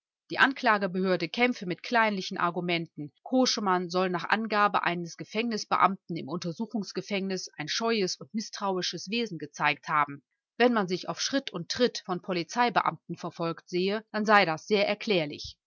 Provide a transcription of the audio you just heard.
die anklagebehörde kämpfe mit kleinlichen argumenten koschemann solle nach angabe eines gefängnisbeamten im untersuchungsgefängnis ein scheues und mißtrauisches wesen gezeigt haben wenn man sich auf schritt und tritt von polizeibeamten verfolgt sehe dann sei das sehr erklärlich